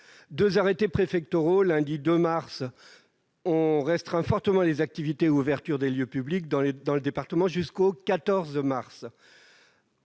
Deux arrêtés préfectoraux pris le lundi 2 mars ont restreint fortement les activités et l'ouverture des lieux publics dans le département jusqu'au 14 mars,